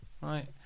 Right